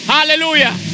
Hallelujah